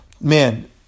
Man